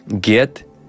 Get